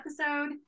episode